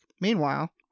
Meanwhile